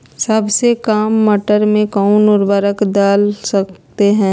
सबसे काम मटर में कौन सा ऊर्वरक दल सकते हैं?